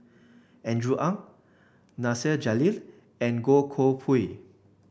Andrew Ang Nasir Jalil and Goh Koh Pui